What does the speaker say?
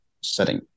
setting